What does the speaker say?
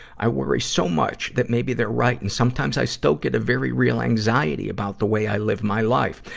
i worry so much that maybe they're right and sometimes i still get a very real anxiety about the way i live my life.